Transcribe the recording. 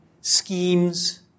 schemes